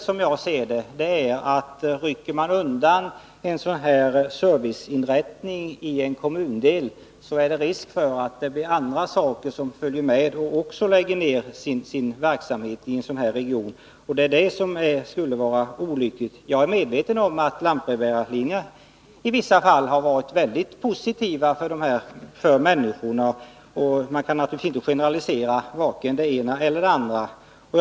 Som jag ser det är problemet det, att om man drar in en sådan här Nr 87 serviceinrättning i en region som det här gäller, är risk för att också andra Tisdagen den verksamheter läggs ned, och det vore olyckligt. Jag är medveten om att 1 mars 1983 lantbrevbärarlinjerna i vissa fall har varit mycket positiva för människorna. Man kan alltså inte generalisera i vare sig den ena eller den andra riktningen.